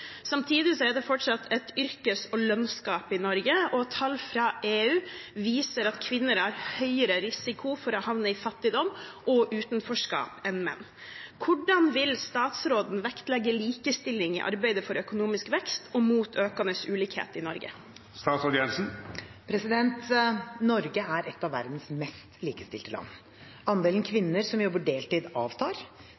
er det fortsatt et yrkes- og lønnsgap i Norge, og tall fra EU viser at kvinner har høyere risiko for å havne i fattigdom og utenforskap enn menn. Hvordan vil statsråden vektlegge likestillingen i arbeidet for økonomisk vekst og mot økende ulikhet i Norge?» Norge er et av verdens mest likestilte land. Andelen